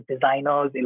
designers